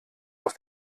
aus